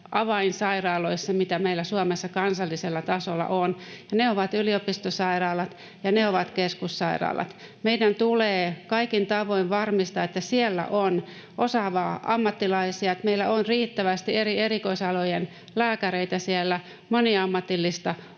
avainsairaaloissa, mitä meillä Suomessa kansallisella tasolla on, ja ne ovat yliopistosairaalat, ja ne ovat keskussairaalat. Meidän tulee kaikin tavoin varmistaa, että siellä on osaavia ammattilaisia, että meillä on siellä riittävästi eri erikoisalojen lääkäreitä ja moniammatillista